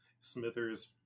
Smithers